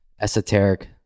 esoteric